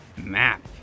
map